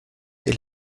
est